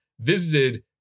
visited